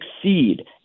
succeed